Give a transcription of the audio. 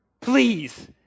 Please